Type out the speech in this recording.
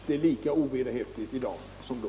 Det är lika ovederhäftigt i dag som då.